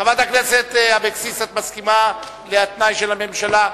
חברת הכנסת אבקסיס, את מסכימה לתנאי של הממשלה?